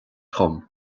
dom